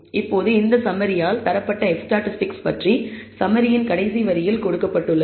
இப்போது இந்த சம்மரியால் தரப்பட்ட F ஸ்டாட்டிஸ்டிக் பற்றி சம்மரியின் கடைசி வரியில் கொடுக்கப்பட்டுள்ளது